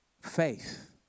faith